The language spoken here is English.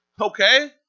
Okay